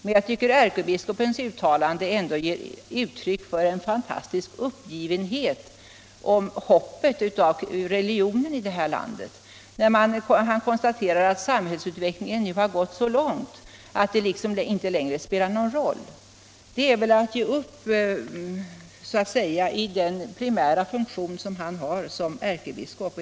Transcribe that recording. Jag tycker emellertid att ärkebiskopens uttalande ger uttryck för en fantastisk uppgivenhet om hoppet för religionen i det här landet. När han konstaterar att samhällsutvecklingen nu har gått så långt att det liksom inte längre spelar någon roll, är det väl att ge upp i den primära funktion han har som ärkebiskop.